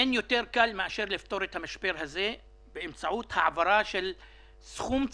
אין יותר קל מאשר לפתור את המשבר הזה באמצעות העברה של סכום צנוע,